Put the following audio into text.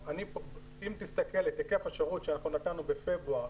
אם תסתכל על היקף השירות שאנחנו נתנו בפברואר,